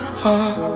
heart